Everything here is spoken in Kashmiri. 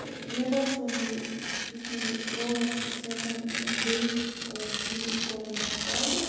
مےٚ باسیو نہٕ یہِ یُس مےٚ یہِ پرٛوڈَکٹ سٮ۪کَنٛڈ مطلب دوٚیِم اوس مےٚ کوٚرمُت آرڈَر